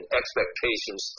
expectations